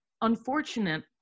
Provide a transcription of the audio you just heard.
unfortunate